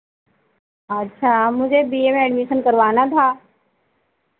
अच्छा मुझे B A में एडमिशन करवाना था